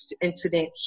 incident